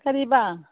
ꯀꯔꯤꯕ